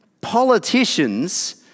Politicians